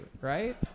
right